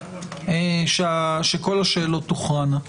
שכל השאלות תוכרענה.